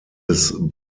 des